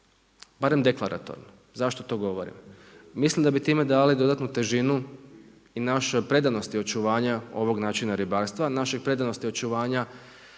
barem deklaratorno. Zašto to govorim? Mislim da bi time dali dodatnu težinu i našoj predanosti očuvanja ovog načina ribarstva, našoj predanosti očuvanja